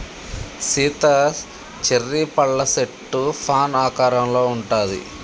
Sita cherry పళ్ళ సెట్టు fan ఆకారంలో ఉంటది